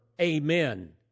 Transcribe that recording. Amen